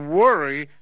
worry